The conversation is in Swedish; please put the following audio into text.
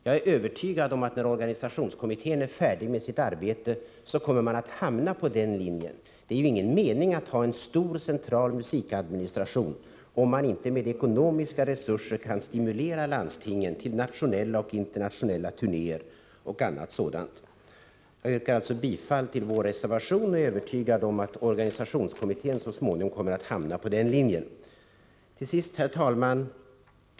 Jag är övertygad om att när organisationskommittén är färdig med sitt arbete, kommer man att hamna på den linjen. Det är ju ingen mening att ha en stor, central musikadministration om man inte med ekonomiska resurser kan stimulera landstingen till nationella och internationella turnéer och annat sådant. Jag yrkar alltså bifall till vår reservation och är övertygad om att organisationskommittén så småningom kommer att hamna på denna linje. Till sist, herr talman!